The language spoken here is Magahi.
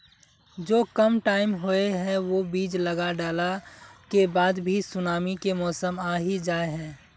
जो कम टाइम होये है वो बीज लगा डाला के बाद भी सुनामी के मौसम आ ही जाय है?